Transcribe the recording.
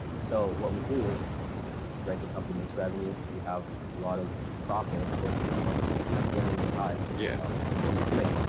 so what we do is read the company makes revenue, we have a lot of profit, of course, because our margins are insanely high. yeah, with what we're doing.